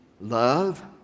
love